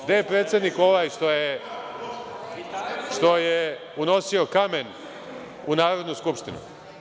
Gde vam je predsednik ovaj što je unosio kamen u Narodnu skupštinu?